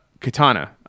katana